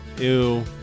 Ew